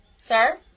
Sir